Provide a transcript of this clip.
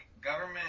government